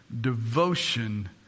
devotion